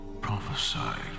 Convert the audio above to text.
prophesied